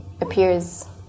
appears